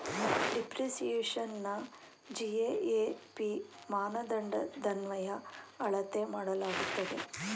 ಡಿಪ್ರಿಸಿಯೇಶನ್ನ GAAP ಮಾನದಂಡದನ್ವಯ ಅಳತೆ ಮಾಡಲಾಗುತ್ತದೆ